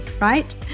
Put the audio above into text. right